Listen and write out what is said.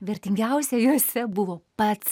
vertingiausia jose buvo pats